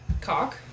Cock